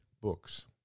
books